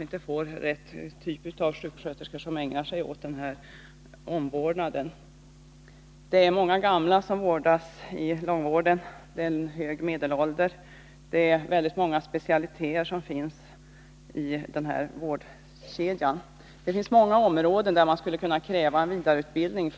inte blir rätt typ av sjuksköterskor som ägnar sig åt denna omvårdnad. Det är många gamla som vårdas i långvården, och deras medelålder är mycket hög. Det finns många specialiteter i denna vårdkedja. Man skulle på många områden kunna kräva en vidareutbildning.